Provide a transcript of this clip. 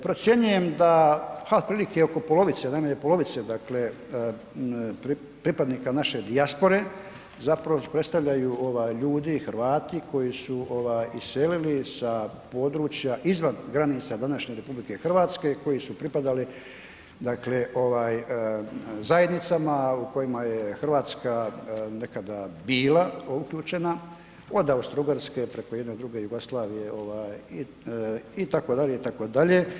Procjenjujem da otprilike oko polovice, najmanje polovice pripadnika naše dijaspore zapravo predstavljaju ljudi, Hrvati, koji su ovaj iselili sa područja izvan granica današnje RH koji su pripadali dakle ovaj zajednicama u kojima je Hrvatska nekada bila uključena, od Austro-ugarske preko jedne druge Jugoslavije itd., itd.